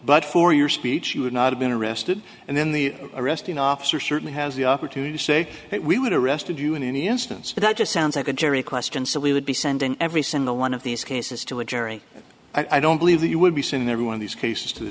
but for your speech you would not have been arrested and then the arresting officer certainly has the opportunity to say we would arrested you in any instance for that just sounds like a jury question so we would be sending every single one of these cases to a jury i don't believe that you would be saying every one of these cases to the